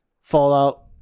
Fallout